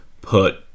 put